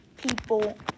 People